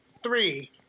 Three